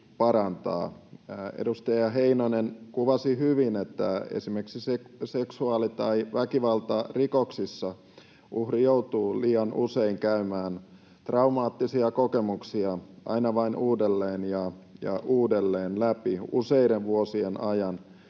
Edustaja Heinonen kuvasi hyvin, että esimerkiksi seksuaali‑ tai väkivaltarikoksissa uhri joutuu liian usein käymään traumaattisia kokemuksia aina vain uudelleen ja uudelleen läpi useiden vuosien ajan